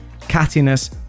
cattiness